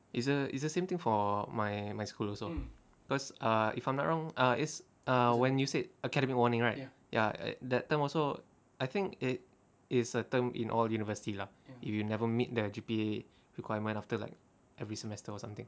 it's uh it's the same thing for my my school also cause err if I'm not wrong ah is err when you said academic warning right ya at that time also I think it is certain in all university lah if you never meet their G_P_A requirement after like every semester or something